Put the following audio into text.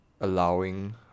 allowing